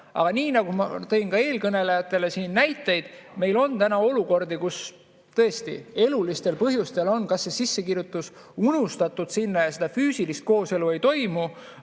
Aga nii nagu ma tõin ka eelkõnelejatele siin näiteid, meil on täna olukordi, kus tõesti elulistel põhjustel on kas see sissekirjutus unustatud sinna ja seda füüsilist kooselu ei toimu